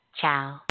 Ciao